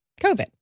COVID